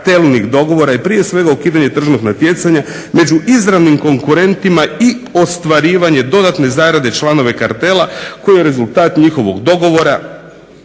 je prije svega ukidanje državnog natjecanja među izravnim konkurentima i ostvarivanje dodatne zarade članova kartela koji je rezultat njihovog dogovora,